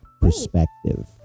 perspective